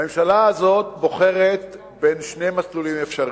הממשלה הזאת בוחרת בין שני מסלולים אפשריים: